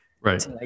Right